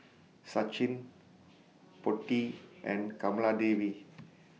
Sachin Potti and Kamaladevi